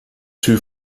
two